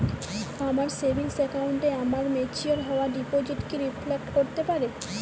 আমার সেভিংস অ্যাকাউন্টে আমার ম্যাচিওর হওয়া ডিপোজিট কি রিফ্লেক্ট করতে পারে?